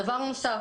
דבר נוסף,